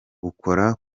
ukora